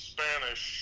Spanish